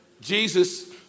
Jesus